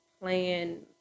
playing